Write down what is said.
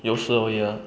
有时 only ah